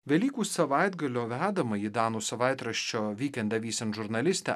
velykų savaitgalio vedamąjį danų savaitraščio vikind de visen žurnalistė